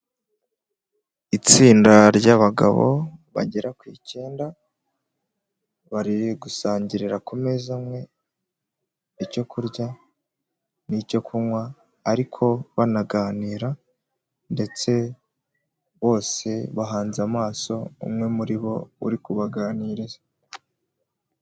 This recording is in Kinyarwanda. Itsinda ry'abagabo bagera ku ikenda, bari gusangirira ku meza amwe icyo kurya n'icyo kunywa, ariko banaganira ndetse bose bahanze amaso umwe muri bo uri kubaganiriza.